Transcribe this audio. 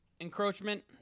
encroachment